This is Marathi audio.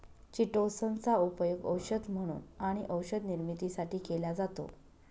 चिटोसन चा उपयोग औषध म्हणून आणि औषध निर्मितीसाठी केला जातो